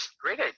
Great